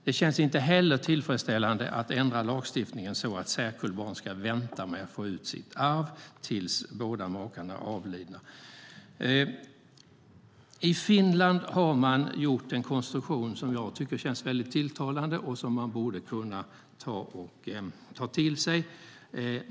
Det känns inte heller tillfredsställande att ändra lagstiftningen så att särkullbarn ska vänta med att få ut sitt arv tills båda makarna är avlidna. I Finland har man en konstruktion som jag tycker känns väldigt tilltalande och som vi borde kunna ta till oss.